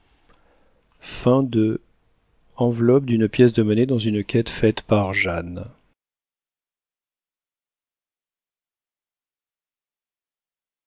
enveloppe d'une pièce de monnaie dans une quête faite par jeanne